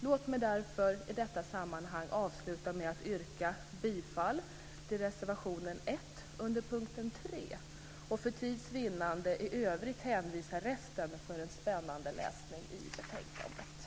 Låt mig därför i detta sammanhang avsluta med att yrka bifall till reservation 1 under punkten 3 och för tids vinnande hänvisa resten för spännande läsning i betänkandet.